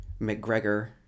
McGregor